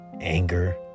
anger